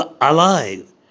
alive